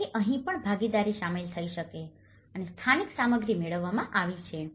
તેથી અહીં પણ ભાગીદારી શામેલ થઈ છે અને સ્થાનિક સામગ્રી મેળવવામાં આવી છે